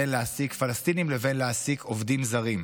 בין להעסיק פלסטינים לבין להעסיק עובדים זרים.